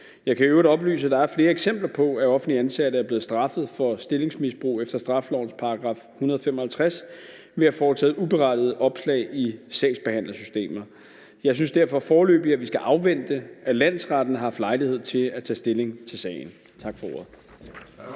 Jeg kan i øvrigt oplyse, at der er flere eksempler på, at offentligt ansatte er blevet straffet for stillingsmisbrug efter straffelovens § 155 ved at have foretaget uberettigede opslag i sagsbehandlingssystemer. Jeg synes derfor foreløbig, at vi skal afvente, at landsretten har haft lejlighed til at tage stilling til sagen. Tak for ordet.